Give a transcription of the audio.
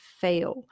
fail